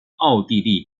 奥地利